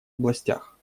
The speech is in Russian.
областях